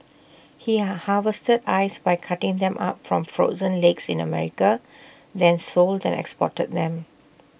he harvested ice by cutting them up from frozen lakes in America then sold and exported them